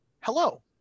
hello